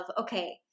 okay